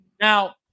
Now